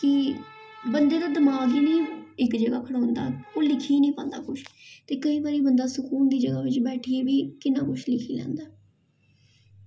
कि बंदे दा दमाग गै नेईं इक जगह खड़ोंदा ओह् लिखी निं पांदा कुछ ते केईं बारी बंदा सकून दी जगह बिच्च बैठियै बी किन्ना कुछ लिखी लैंदा ऐ